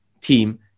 team